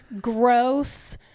gross